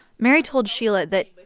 mary told sheila that,